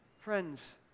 Friends